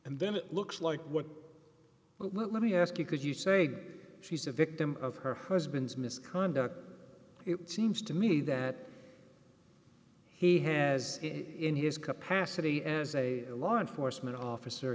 and then it looks like what let me ask you could you say that she's a victim of her husband's misconduct it seems to me that he has in his capacity as a law enforcement officer